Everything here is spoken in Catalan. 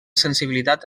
sensibilitat